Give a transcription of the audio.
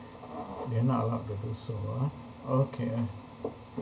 they're not allowed to do so ah okay